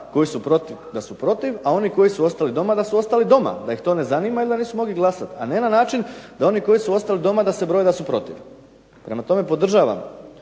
koji su protiv da su protiv, a oni koji su ostali doma da su ostali doma, da ih to ne zanima i da nisu mogli glasati. A ne na način da oni koji su ostali doma da se broji da su protiv. Prema tome podržavam